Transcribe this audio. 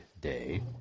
Day